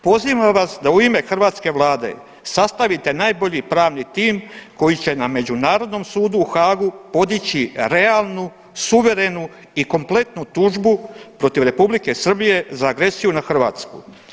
Pozivam vas da u ime hrvatske Vlade sastavite najbolji pravni tim koji će na Međunarodnom sudu u Haagu podići realnu, suverenu i kompletnu tužbu protiv Republike Srbije za agresiju na Hrvatsku.